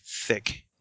thick